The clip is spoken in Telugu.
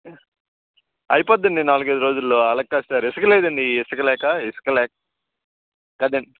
అయిపోతుందండి నాలుగైదు రోజులలో అలాగ కాదు సార్ ఇసుక లేదండి ఇసుక లేక ఇసుక లేక కదండీ